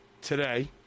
today